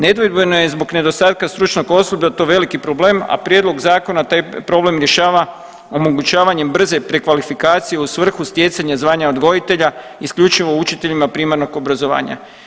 Nedvojbeno je zbog nedostatka stručnog osoblja to veliki problem, a prijedlog zakona taj problem rješava omogućavanjem brze prekvalifikacije u svrhu stjecanja zvanja odgojitelja isključivo učiteljima primarnog obrazovanja.